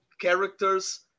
characters